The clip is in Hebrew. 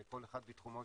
כל אחד בתחומו,